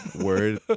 word